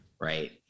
right